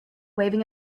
waving